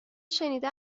شنیده